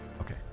Okay